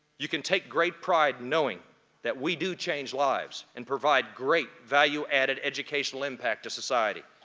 you can take great pride knowing that we do change lives and provide great value-added educational impact to society.